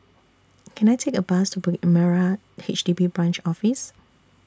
Can I Take A Bus to Bukit Merah H D B Branch Office